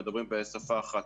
הם מדברים בשפה אחת.